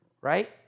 right